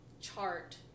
chart